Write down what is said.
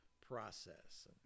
process